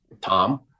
Tom